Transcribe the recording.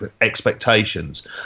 expectations